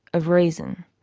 of reason.